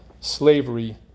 slavery